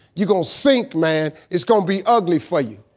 you gonna sink, man, it's gonna be ugly for you.